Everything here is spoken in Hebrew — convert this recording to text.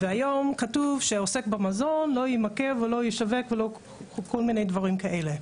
והיום כתוב שעוסק במזון לא ימכר ולא ישווק וכל מיני דברים כאלה.